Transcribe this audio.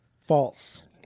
False